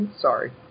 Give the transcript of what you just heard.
Sorry